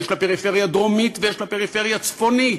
יש לה פריפריה דרומית ויש לה פריפריה צפונית,